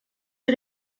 sie